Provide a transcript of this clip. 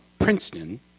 Princeton